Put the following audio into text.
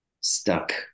stuck